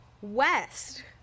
west